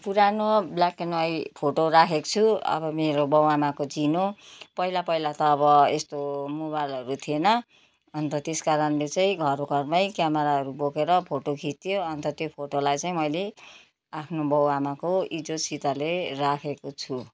पुरानो black and white photo राखेको छु अब मेरो बाउआमाको चिनो पहिला पहिला त अब यस्तो मोबाइलहरू थिएन अन्त त्यसकारणले चाहिँ घर घरमै क्यामेराहरू बोकेर फोटो खिच्थ्यो अन्त त्यो फोटोलाई चाहिँ मैले आफ्नो बाउआमाको इज्जतसितले राखेको छु